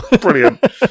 brilliant